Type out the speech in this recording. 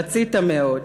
רצית מאוד.